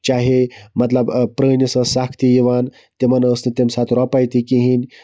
چاہے مَطلَب پرٲنِس ٲسۍ سَختی یِوان تِمَن ٲسۍ نہٕ تمہِ ساتہٕ رۄپاے تہِ کِہیٖنۍ